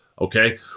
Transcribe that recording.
okay